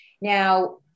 Now